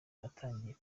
natangiye